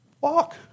Walk